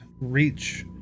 Reach